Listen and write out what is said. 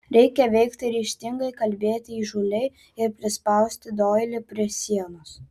reikia veikti ryžtingai kalbėti įžūliai ir prispausti doilį prie sienos